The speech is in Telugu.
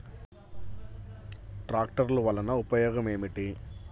ట్రాక్టర్లు వల్లన ఉపయోగం ఏమిటీ?